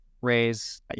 raise